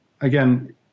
again